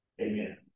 Amen